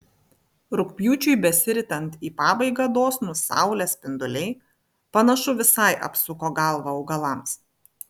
rugpjūčiui besiritant į pabaigą dosnūs saulės spinduliai panašu visai apsuko galvą augalams